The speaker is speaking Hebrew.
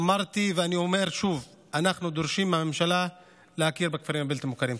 אמרתי ואני אומר שוב: אנחנו דורשים מהממשלה להכיר בכפרים הבלתי-מוכרים.